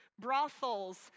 brothels